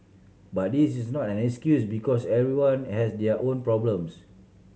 but this is not an excuse because everyone has their own problems